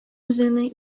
үзеңнең